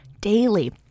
daily